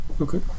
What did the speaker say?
okay